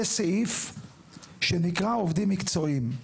יש סעיף שנקרא עובדים מקצועיים.